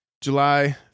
July